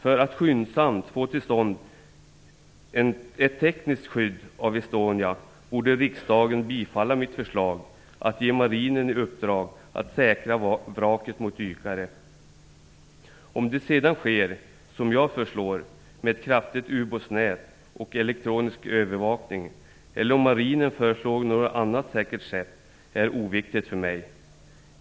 För att skyndsamt få till stånd ett tekniskt skydd av Estonia borde riksdagen bifalla mitt förslag att ge Marinen i uppdrag att säkra vraket mot dykare. Om det sedan sker som jag föreslår, med ett kraftigt ubåtsnät och elektronisk övervakning, eller om Marinen föreslår något annat säkert sätt är oviktigt för mig.